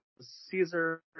Caesar